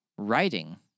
Writing